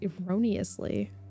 erroneously